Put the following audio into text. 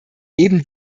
eben